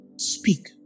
Speak